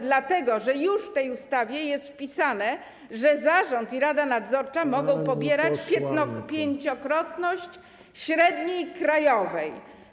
Dlatego że już w tej ustawie jest zapisane, że zarząd i rada nadzorcza mogą pobierać pięciokrotność średniej krajowej.